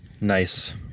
nice